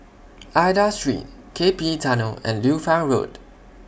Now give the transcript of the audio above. Aida Street KPE Tunnel and Liu Fang Road